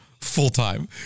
full-time